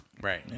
right